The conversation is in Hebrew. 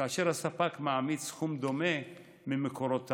כאשר הספק מעמיד סכום דומה ממקורותיו,